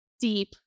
deep